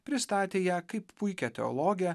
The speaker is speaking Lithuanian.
pristatė ją kaip puikią teologę